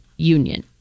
Union